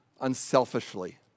unselfishly